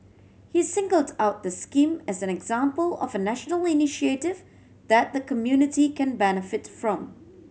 he singled out the scheme as an example of a national initiative that the community can benefit from